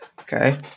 Okay